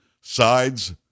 sides